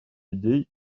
идей